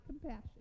compassion